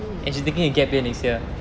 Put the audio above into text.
hmm